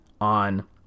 on